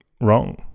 Wrong